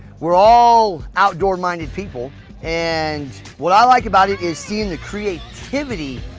we're all outdoor-minded people and what i like about it is seeing the creativity,